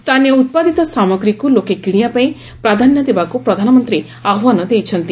ସ୍ଥାନୀୟ ଉତ୍ପାଦିତ ସାମଗ୍ରିକୁ ଲୋକେ କିଶିବାପାଇଁ ପ୍ରାଧାନ୍ୟ ଦେବାକୁ ପ୍ରଧାନମନ୍ତ୍ରୀ ଆହ୍ୱାନ ଦେଇଛନ୍ତି